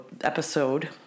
episode